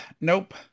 nope